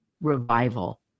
revival